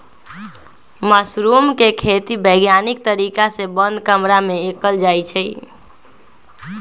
mushroom के खेती वैज्ञानिक तरीका से बंद कमरा में कएल जाई छई